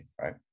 right